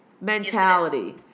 mentality